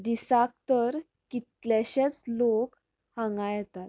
दिसाक तर कितलेंशेंच लोक हांगा येता